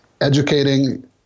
educating